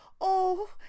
Oh